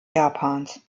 japans